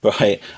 Right